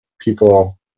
people